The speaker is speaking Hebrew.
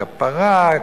בכפרה,